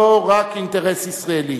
לא רק אינטרס ישראלי.